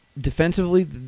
defensively